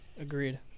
agreed